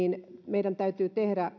niin meidän täytyy tehdä